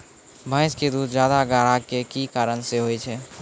भैंस के दूध ज्यादा गाढ़ा के कि कारण से होय छै?